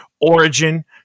Origin